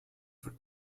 for